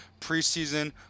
preseason